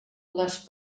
les